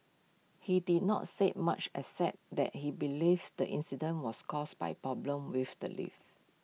he did not say much except that he believes the incident was caused by problems with the lift